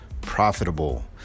profitable